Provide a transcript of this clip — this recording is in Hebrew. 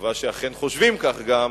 בתקווה שאכן חושבים כך גם,